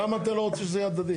למה אתה לא רוצה שזה יהיה הדדי?